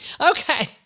Okay